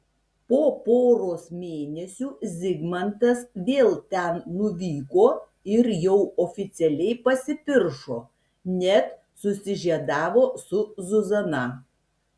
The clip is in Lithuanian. po poros mėnesių zigmantas vėl ten nuvyko ir jau oficialiai pasipiršo net susižiedavo su zuzana